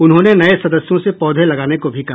उन्होंने नए सदस्यों से पौधे लगाने को भी कहा